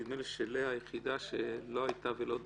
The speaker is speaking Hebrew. נדמה לי שלאה היחידה שלא היתה ולא דיברה.